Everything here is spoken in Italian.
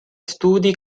studi